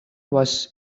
was